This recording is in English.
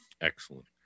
Excellent